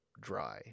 dry